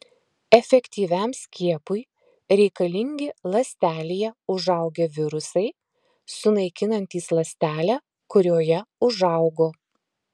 efektyviam skiepui reikalingi ląstelėje užaugę virusai sunaikinantys ląstelę kurioje užaugo